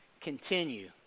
continue